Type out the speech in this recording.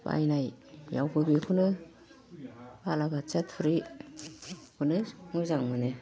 बायनायावबो बिखौनो बालाबाथिया थुरि खौनो मोजां मोनो